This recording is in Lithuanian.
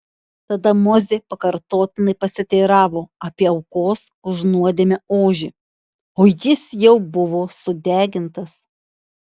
tada mozė pakartotinai pasiteiravo apie aukos už nuodėmę ožį o jis jau buvo sudegintas